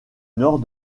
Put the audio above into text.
nord